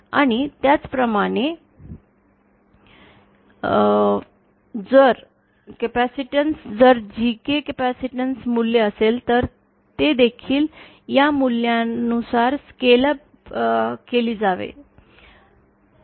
आणि त्याचप्रमाणे जर कॅपेसिटन्स जर GK कॅपेसिटन्स मूल्य असेल तर ते देखील या मूल्यानुसार स्केल अप केल जावे